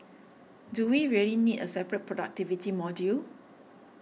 do we really need a separate productivity module